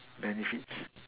benefits